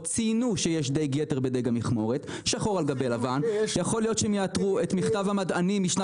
ציינו שחור על גבי לבן שיש דיג-יתר בדיג המכמורת.